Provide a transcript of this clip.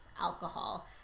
alcohol